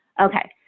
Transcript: Okay